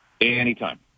Anytime